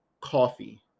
Coffee